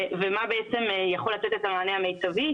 ומה בעצם יכול לתת את המענה המיטבי,